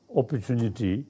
opportunity